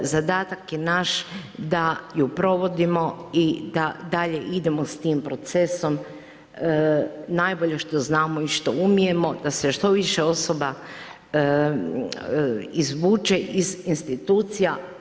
Zadatak je naš da ju provodimo i da dalje idemo s tim procesom najbolje što znamo i što umijemo, da se što više osoba izvuče iz institucija.